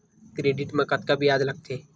Credit मा कतका ब्याज लगथे?